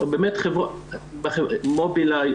מובילאיי,